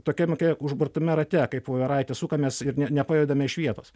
tokiam ke užburtame rate kaip voveraitės sukamės ir ne nepajudame iš vietos